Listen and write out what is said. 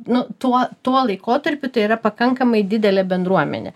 nu tuo tuo laikotarpiu tai yra pakankamai didelė bendruomenė